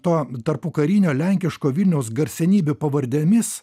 tuo tarpukarinio lenkiško vilniaus garsenybių pavardėmis